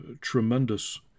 tremendous